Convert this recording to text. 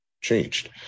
changed